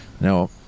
now